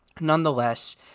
Nonetheless